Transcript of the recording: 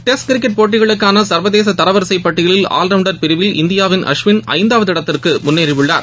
test cricket போட்டிகளுக்கான சர்வதேச தரவரிசை பட்டியலில் ஆல்ரவுண்டர் பிரிவில் இந்தியாவின் அஸ்வின் ஐந்தாவது இடத்திற்கு முன்னேறியுள்ளார்